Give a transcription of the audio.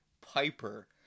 Piper